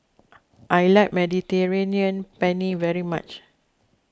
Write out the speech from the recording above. I like Mediterranean Penne very much